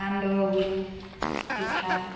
সান্দহগুড়ি পিঠা